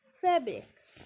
fabric